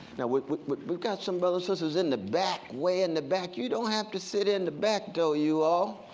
we've we've got some brothers and sisters in the back, way in the back. you don't have to sit in the back though, you all.